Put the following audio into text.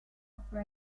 offer